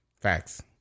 Facts